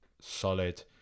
solid